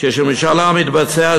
כשמשאל העם יתבצע,